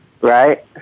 right